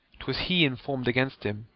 twas he inform'd against him,